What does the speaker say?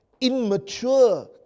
immature